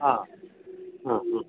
ആ അ അ